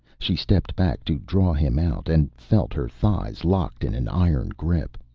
she stepped back to draw him out and felt her thighs locked in an iron grip.